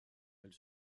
elle